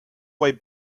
way